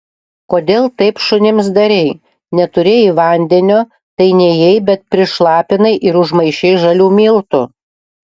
kodėl taip šunims darei neturėjai vandenio tai nėjai bet prišlapinai ir užmaišei žalių miltų